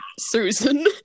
Susan